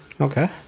Okay